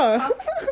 haf~